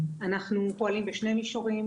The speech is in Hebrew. אנחנו פועלים בשני מישורים,